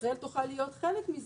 ישראל תוכל להיות מזה,